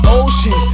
ocean